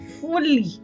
fully